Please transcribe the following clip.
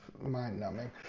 mind-numbing